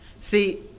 See